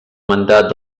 mandat